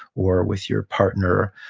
or with your partner,